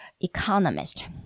economist